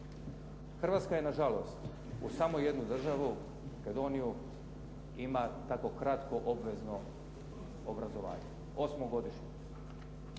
Hrvatska je nažalost uz samo jednu državu, Makedoniju, ima tako kratko obvezno obrazovanje, osmogodišnje.